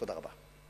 תודה רבה.